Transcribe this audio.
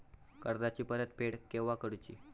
कर्जाची परत फेड केव्हा करुची?